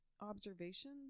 observation